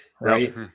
right